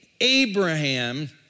Abraham